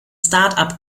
startup